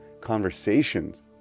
conversations